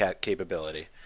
capability